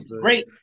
great